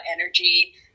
energy